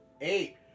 Eight